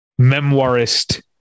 memoirist